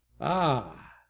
Ah